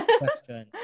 question